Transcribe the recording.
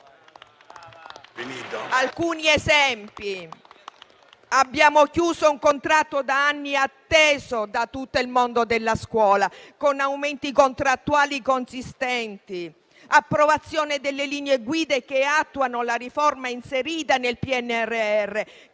Alcuni esempi? Abbiamo chiuso un contratto da anni atteso da tutto il mondo della scuola, con aumenti consistenti, abbiamo approvato delle linee guide che attuano la riforma inserita nel PNRR,